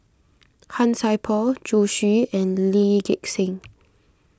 Han Sai Por Zhu Xu and Lee Gek Seng